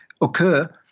occur